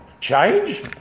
Change